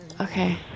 Okay